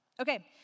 Okay